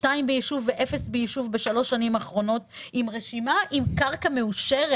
שתיים ביישוב ואפס ביישוב בשלוש השנים האחרונות עם קרקע מאושרת.